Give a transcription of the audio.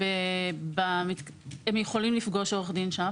הם יכולים לפגוש עורך דין שם,